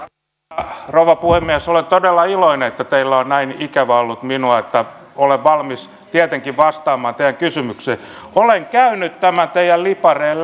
arvoisa rouva puhemies olen todella iloinen että teillä on näin ikävä ollut minua olen valmis tietenkin vastaamaan teidän kysymyksiinne olen käynyt tämän teidän lipareenne